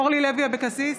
אורלי לוי אבקסיס,